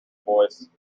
voice